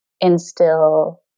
instill